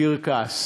קרקס.